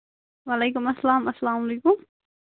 وعلیکُم اسَلام اَسلام علیکُم